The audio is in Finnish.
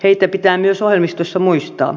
heitä pitää myös ohjelmistossa muistaa